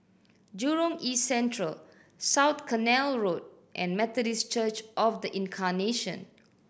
Jurong East Central South Canal Road and Methodist Church Of The Incarnation